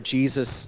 Jesus